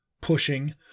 pushing